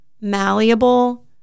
malleable